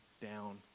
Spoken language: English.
down